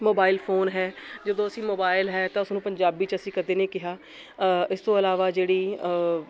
mobile phone ਹੈ ਜਦੋਂ ਅਸੀਂ ਮੋਬਾਇਲ ਹੈ ਤਾਂ ਉਸਨੂੰ ਪੰਜਾਬੀ 'ਚ ਅਸੀਂ ਕਦੇ ਨਹੀਂ ਕਿਹਾ ਇਸ ਤੋਂ ਇਲਾਵਾ ਜਿਹੜੀ